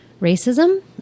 Racism